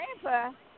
Grandpa